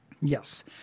yes